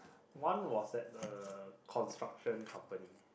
one was at a construction company